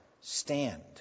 Stand